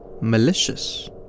malicious